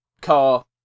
car